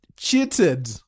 cheated